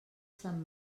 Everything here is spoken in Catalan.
sant